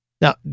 Now